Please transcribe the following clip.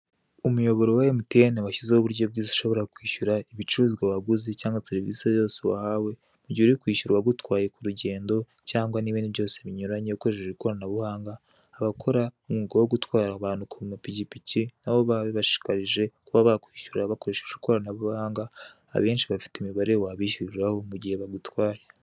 Umuyoboro wa emutiyene washyizeho uburyo bwinshi ushobora kwishyura, ibicuruzwa waguze, cyangwa serivise zose wahawe, mu gihe ugiye kwishyura uwagutwaye ku rugendo , cyangwa n'ibindi byose binyuranye ukoresheje ikoranabuhanga, abakora umwuga uga yo gutwara abantu ku mapikipiki nabo babashishikarije kuba bakwishyurwa bakoresheje ikoranabuhanga, abenshi bafite imibare wabishyuriraho igihe bagutwaye.